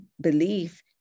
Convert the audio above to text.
belief